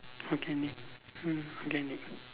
organic mm organic